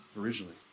originally